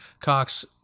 Cox